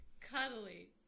Cuddly